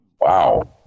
Wow